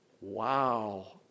Wow